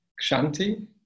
Kshanti